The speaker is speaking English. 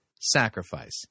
Sacrifice